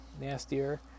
nastier